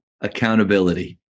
accountability